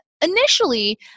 initially